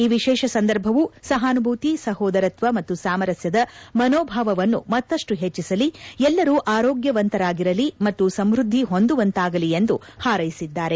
ಈ ವಿಶೇಷ ಸಂದರ್ಭವು ಸಹಾನುಭೂತಿ ಸಹೋದರತ್ವ ಮತ್ತು ಸಾಮರಸ್ಕದ ಮನೋಭಾವವನ್ನು ಮತ್ತಪ್ಪು ಹೆಚ್ಚಸಲಿ ಎಲ್ಲರೂ ಆರೋಗ್ಭವಂತರಾಗಿ ಮತ್ತು ಸಮೃದ್ಧಿ ಹೊಂದುವಂತಾಗಲಿ ಎಂದು ಹಾರೈಸಿದ್ದಾರೆ